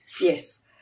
Yes